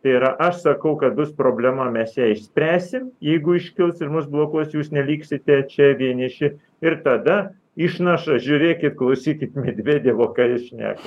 ir aš sakau kad bus problema mes ją išspręsim jeigu iškils ir mus blokuos jūs neliksite čia vieniši ir tada išnaša žiūrėkit klausykit medvedevo ką jis šneka